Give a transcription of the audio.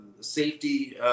safety